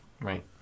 Right